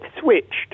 switched